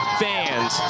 fans